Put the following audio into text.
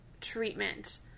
treatment